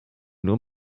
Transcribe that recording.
nur